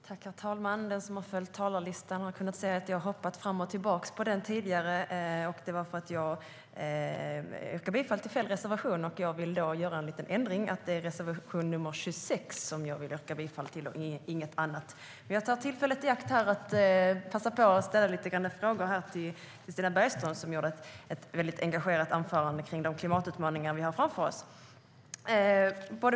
Herr talman! Den som följt talarlistan har kunnat se att jag har hoppat fram och tillbaka. Det beror på att jag yrkade bifall till fel reservation. Jag vill därför göra en liten ändring. Det är reservation 26 som jag vill yrka bifall till, ingenting annat. Jag tar tillfället i akt och ställer några frågor till Stina Bergström, som höll ett mycket engagerat anförande om de klimatutmaningar vi har framför oss.